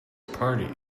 party